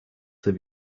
have